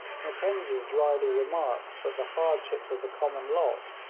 mackenzie drily remarks that the hardships of the common lot,